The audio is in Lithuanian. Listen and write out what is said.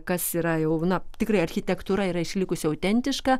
kas yra jau na tikrai architektūra yra išlikusi autentiška